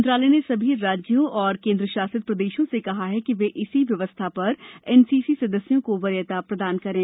मंत्रालय ने सभी राज्यों और केंद्र शासित प्रदेशों से कहा है कि वे इसी व्यवस्था पर एनसीसी सदस्यों को वरीयता प्रदान करें